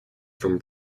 from